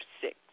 six